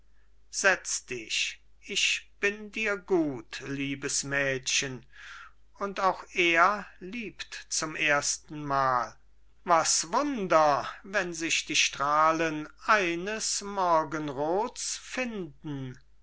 ist verführender setz dich ich bin dir gut liebes mädchen und auch er liebt zum ersten mal was wunder wenn sich die strahlen eines morgenroths finden